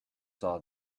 saw